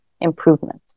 improvement